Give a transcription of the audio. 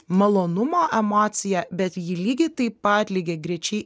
malonumo emociją bet ji lygiai taip pat lygiagrečiai